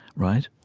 right?